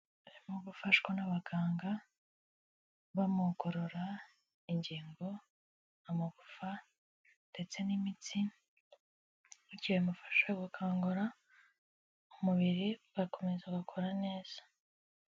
Arimo gufashwa n'abaganga, bamugorora ingingo, amagufa ndetse n'imitsi, bityo bimufasha gukangura, umubiri ugakomeza agakora neza.